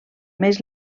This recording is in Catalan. més